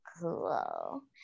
cool